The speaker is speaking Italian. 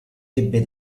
ebbe